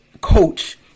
coach